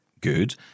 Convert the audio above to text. good